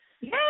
Yes